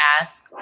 ask